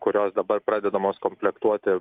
kurios dabar pradedamos komplektuoti